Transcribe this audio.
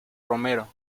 romero